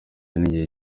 n’igihe